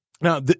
now